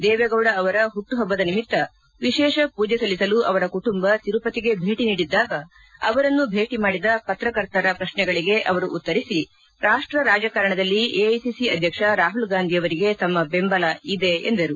ದೇವೇಗೌಡ ಅವರ ಮಟ್ನಪಭ್ವದ ನಿಮಿತ್ತ ವಿಶೇಷ ಪೂಜೆ ಸಲ್ಲಿಸಲು ಅವರ ಕುಟುಂಬ ತಿರುಪತಿಗೆ ಭೇಟಿ ನೀಡಿದ್ದಾಗ ಅವರನ್ನು ಭೇಟಿ ಮಾಡಿದ ಪತ್ರಕರ್ತರ ಪ್ರಶ್ನೆಗಳಿಗೆ ಅವರು ಉತ್ತರಿಸಿ ರಾಷ್ಷ ರಾಜಕಾರಣದಲ್ಲಿ ಎಐಸಿಸಿ ಅಧ್ಯಕ್ಷ ರಾಹುಲ್ ಗಾಂಧಿಯವರಿಗೆ ತಮ್ಮ ಬೆಂಬಲ ಇದೆ ಎಂದರು